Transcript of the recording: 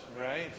right